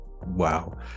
Wow